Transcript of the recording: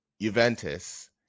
Juventus